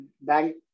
bank